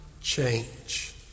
change